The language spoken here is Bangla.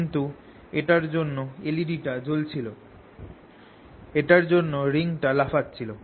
কিন্তু এটার জন্য এলইডি টা জলছিল এটার জন্য রিংটা লাফাছিল